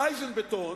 "אייזן בטון",